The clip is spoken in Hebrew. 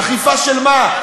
אכיפה של מה?